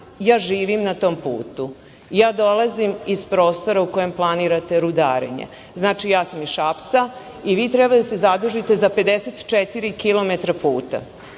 ja živim na tom putu. Ja dolazim iz prostora u kojem planirate rudarenje. Ja sam iz Šapca. Vi treba da se zadužite za 54 kilometra